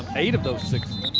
eight of those sixes.